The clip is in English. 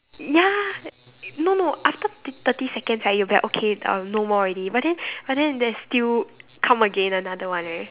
ya no no after t~ thirty seconds right you'll be like okay uh no more already but then but then there's still come again another one right